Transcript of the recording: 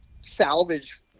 salvage